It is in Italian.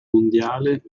mondiale